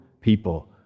people